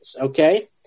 okay